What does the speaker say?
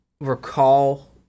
recall